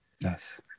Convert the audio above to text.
yes